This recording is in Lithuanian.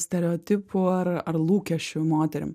stereotipų ar ar lūkesčių moterim